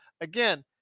again